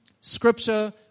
Scripture